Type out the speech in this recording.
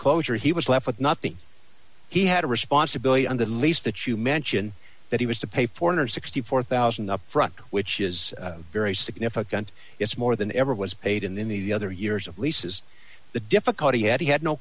closure he was left with nothing he had a responsibility under the lease that you mention that he was to pay four hundred and sixty four thousand dollars upfront which is a very significant it's more than ever was paid in the other years of leases the difficulty had he had no